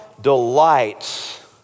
delights